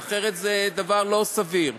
אחרת זה דבר לא סביר.